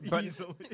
easily